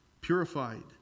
purified